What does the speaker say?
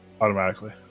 automatically